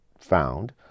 found